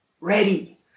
ready